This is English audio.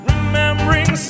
Remembering